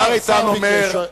השר איתן אומר: